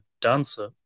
dancer